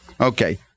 okay